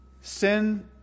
Sin